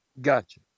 Gotcha